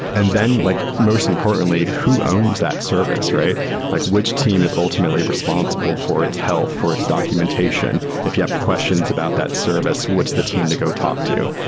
and then like, most importantly, who owns that service? like which team is ultimately responsible for its health? for its documentation? if you have questions about that service, what's the team to go talk to?